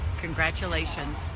Congratulations